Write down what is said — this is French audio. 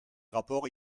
rapport